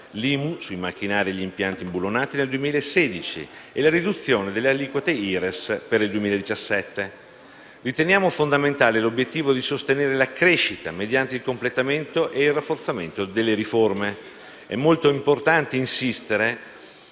e IMU (su macchinari e impianti imbullonati) nel 2016, e la riduzione delle aliquote IRES nel 2017. Riteniamo fondamentale l'obiettivo di sostenere la crescita mediante il completamento e il rafforzamento delle riforme. È molto importante insistere,